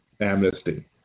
amnesty